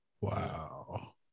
wow